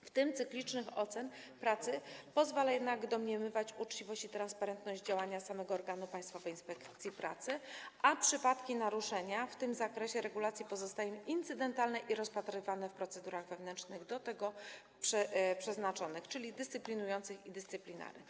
w tym cyklicznych ocen pracy, pozwala jednak domniemywać o uczciwości i transparentności działania samego organu Państwowej Inspekcji Pracy, a przypadki naruszenia w tym zakresie regulacji pozostają incydentalne i rozpatrywane w procedurach wewnętrznych do tego przeznaczonych, czyli dyscyplinujących i dyscyplinarnych.